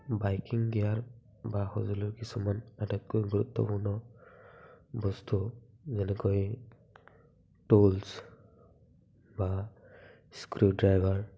biking gear বা সঁজুলিৰ কিছুমান আটাইতকৈ গুৰুত্বপূৰ্ণ বস্তু যেনেকৈ টুল্ছ বা স্ক্ৰু ড্ৰাইভাৰ